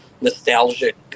nostalgic